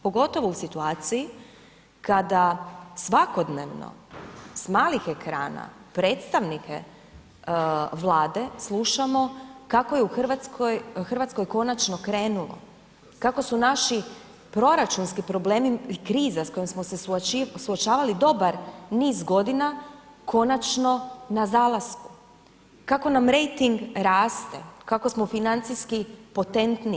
Pogotovo u situaciji kada svakodnevno s malih ekrana predstavnike vlade slušamo kako je u Hrvatskoj konačno krenulo, kako su naši proračunski problemi i kriza s kojom smo se suočavali dobar niz godina konačno na zalasku, kako na rejting raste, kako smo financijski potentniji.